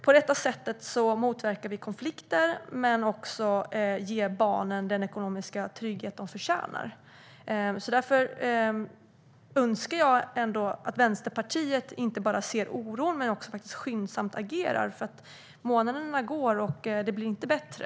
På det sättet motverkar vi konflikter och ger också barnen den ekonomiska trygghet de förtjänar. Därför önskar jag att Vänsterpartiet inte bara ser oron utan också agerar skyndsamt. Månaderna går, och det blir inte bättre.